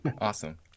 awesome